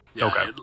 Okay